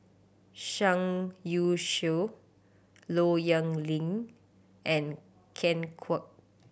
Zhang Youshuo Low Yen Ling and Ken Kwek